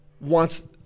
wants